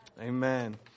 Amen